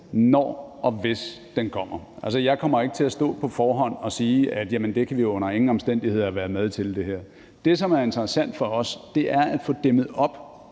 når og hvis den kommer. Altså, jeg kommer ikke på forhånd til at stå og sige, at det her kommer vi under ingen omstændigheder til at være med til. Det, som er interessant for os, er at få dæmmet op